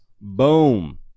boom